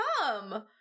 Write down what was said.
come